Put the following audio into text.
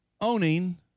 owning